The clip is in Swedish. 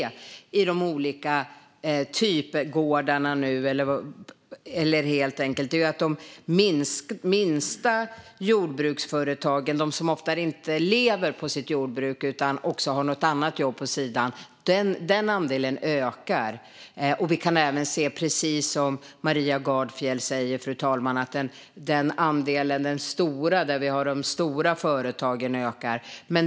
Om vi ser på olika typgårdar är det helt enkelt så att andelen av de minsta jordbruksföretagen ökar, alltså de lantbrukare som ofta inte lever på sitt jordbruk utan även har något annat jobb vid sidan om. Precis som Maria Gardfjell säger kan vi även se att andelen stora företag ökar.